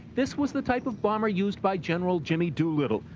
this was the type of bomber used by general jimmy doolittle,